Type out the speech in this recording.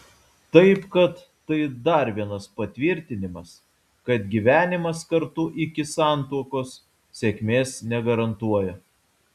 taip kad tai dar vienas patvirtinimas kad gyvenimas kartu iki santuokos sėkmės negarantuoja